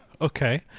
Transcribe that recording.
okay